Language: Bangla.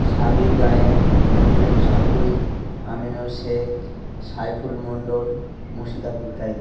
সাবির গায়েন মনিরুল সাফুই আমিনুর শেখ সাইফুল মন্ডল মুশিদা পুরকাইত